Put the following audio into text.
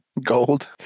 Gold